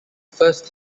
first